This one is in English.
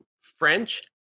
French